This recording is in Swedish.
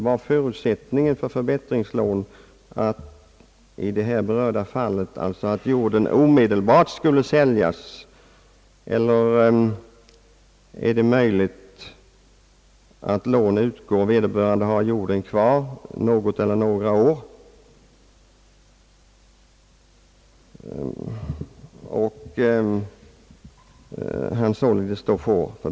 Var förutsättningen för förbättringslånet i det här berörda fallet, att jorden omedelbart skulle säljas, eller är det möjligt att lån utgår fastän vederbörande har jorden kvar något eller några år?